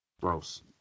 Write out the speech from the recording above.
Gross